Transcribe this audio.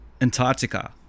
Antarctica